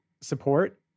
support